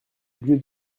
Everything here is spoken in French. lieu